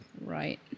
Right